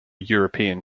european